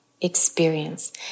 experience